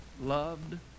loved